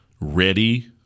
ready